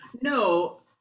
No